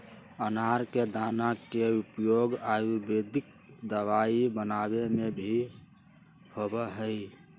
अनार के दाना के उपयोग आयुर्वेदिक दवाई बनावे में भी होबा हई